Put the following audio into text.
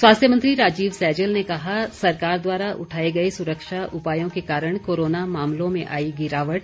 स्वास्थ्य मंत्री राजीव सैजल ने कहा सरकार द्वारा उठाए गए सुरक्षा उपायों के कारण कोरोना मामलों में आई गिरावट